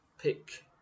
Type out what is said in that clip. Pick